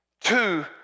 Two